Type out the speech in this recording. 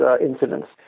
incidents